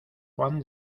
juan